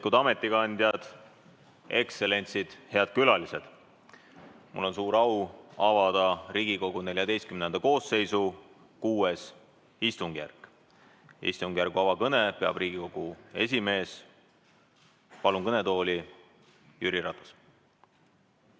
ametikandjad, ekstsellentsid, head külalised! Mul on suur au avada Riigikogu 14. koosseisu VI istungjärk. Istungjärgu avakõne peab Riigikogu esimees. Palun kõnetooli Jüri Ratase.